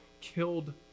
killed